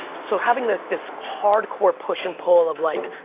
so having this hardcore push and pull of like,